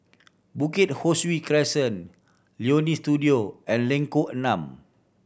Bukit Ho Swee Crescent Leonie Studio and Lengkok Enam